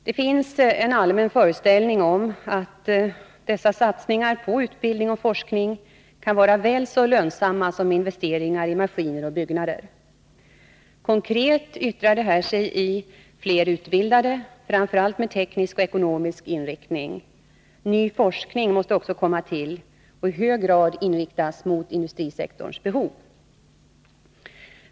Det finns en allmän föreställning om att dessa satsningar på utbildning och forskning kan vara väl så lönsamma som investeringar och maskiner i byggnader. Konkret yttrar det här sig i fler utbildade, framför allt med teknisk och ekonomisk inriktning. Ny forskning måste också komma till och i hög grad inriktas mot industrisektorns behov.